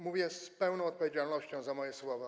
Mówię z pełną odpowiedzialnością za moje słowa.